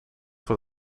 voor